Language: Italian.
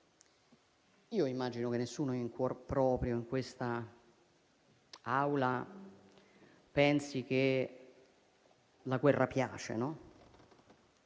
immagino che nessuno in cuor proprio, in quest'Aula, pensi che la guerra piaccia o